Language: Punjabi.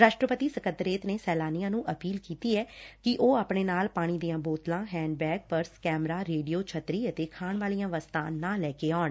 ਰਾਸ਼ਟਰਪਤੀ ਸਕੱਤਰੇਤ ਨੇ ਸੈਲਾਨੀਆਂ ਨੂੰ ਅਪੀਲ ਕੀਤੀ ਐ ਕਿ ਉਹ ਆਪਣੇ ਨਾਲ ਪਾਣੀ ਦੀਆਂ ਬੋਤਲਾਂ ਹੈਂਡਬੈਗ ਪਰਸ ਕੈਮਰਾ ਰੇਡੀਓ ਛੱਤਰੀ ਅਤੇ ਖਾਣ ਵਾਲੀੱਆਂ ਵਸਤਾਂ ਨਾ ਲਿਆਉਣ